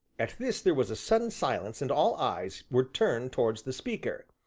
at this there was a sudden silence and all eyes were turned towards the speaker,